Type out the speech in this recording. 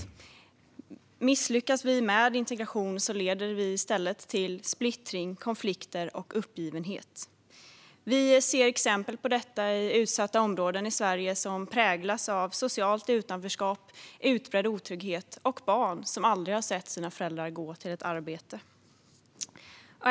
Om vi misslyckas med integrationen leder det till splittring, konflikter och uppgivenhet. Vi ser exempel på detta i utsatta områden i Sverige som präglas av socialt utanförskap och utbredd otrygghet. Där finns också barn som aldrig har sett sina föräldrar gå till ett arbete.